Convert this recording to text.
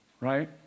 right